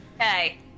Okay